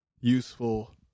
useful